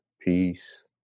peace